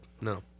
no